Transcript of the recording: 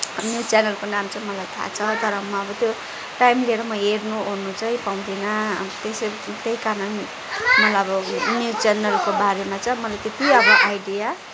news च्यानलको नाम चाहिँ मलाई थाहा छ तर म अब त्यो टाइम लिएर म हेर्नुओर्नु चाहिँ पाउँदिनँ त्यसरी त्यही कारणले मलाई अब न्युज च्यानलको बारेमा चाहिँ मलाई त्यति अब आइडिया